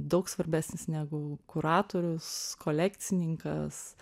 daug svarbesnis negu kuratorius kolekcininkas